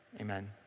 amen